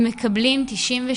הם מקבלים 98